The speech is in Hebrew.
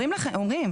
אומרים.